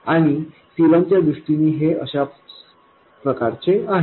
आणि आणि C1च्या दृष्टीने हे अशाप्रकारचे आहे